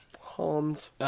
Hans